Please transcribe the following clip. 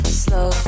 slow